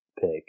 pick